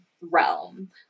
realm